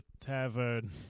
tavern